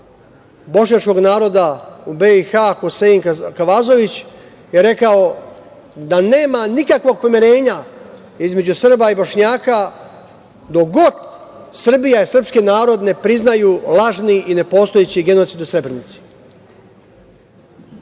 bošnjačkog naroda u BiH, Husein Kavazović je rekao da nema nikakvog pomirenja između Srba i Bošnjaka do god Srbija i srpski narod ne priznaju lažni i nepostojeći genocid u Srebrenici. Moje